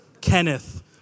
Kenneth